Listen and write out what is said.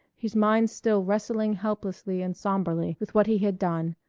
his mind still wrestling helplessly and sombrely with what he had done,